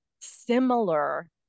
similar